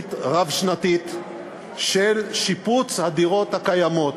לתוכנית רב-שנתית של שיפוץ הדירות הקיימות.